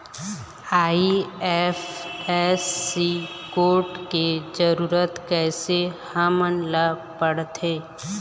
IFSC code के जरूरत कैसे हमन ला पड़थे?